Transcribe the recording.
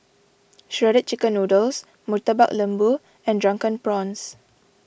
Shredded Chicken Noodles Murtabak Lembu and Drunken Prawns